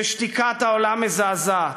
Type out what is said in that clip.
ששתיקת העולם מזעזעת.